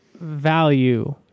value